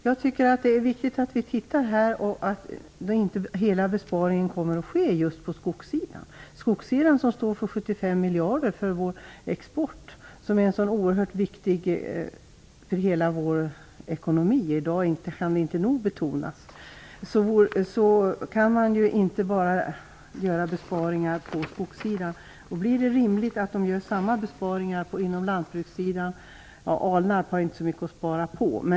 Fru talman! Det är viktigt att hela besparingen inte sker på skogssidan. Skogen står för 75 miljarder av vår export och är oerhört viktig för hela vår ekonomi. Det kan inte nog betonas i dag. Man kan inte göra besparingar bara på skogssidan. Det kan vara rimligt att göra samma besparingar på lantbrukssidan. Alnarp har visserligen inte så mycket att spara på.